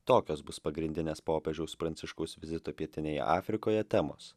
tokios bus pagrindinės popiežiaus pranciškaus vizito pietinėje afrikoje temos